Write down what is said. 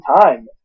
time